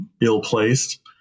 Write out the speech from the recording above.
ill-placed